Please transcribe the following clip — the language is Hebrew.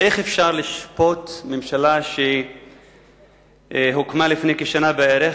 איך אפשר לשפוט ממשלה שהוקמה לפני שנה בערך?